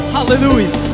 Hallelujah